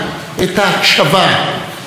את השלום הפנימי.